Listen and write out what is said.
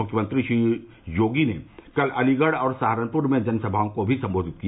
मुख्यमंत्री श्री योगी ने कल अलीगढ़ और सहारनपुर में जनसमाओं को भी सम्बोधित किया